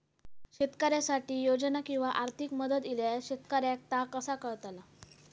शेतकऱ्यांसाठी योजना किंवा आर्थिक मदत इल्यास शेतकऱ्यांका ता कसा कळतला?